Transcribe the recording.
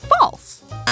false